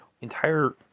entire